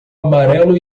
amarelo